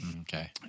Okay